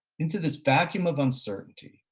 into this vacuum of uncertainty,